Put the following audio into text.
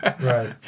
Right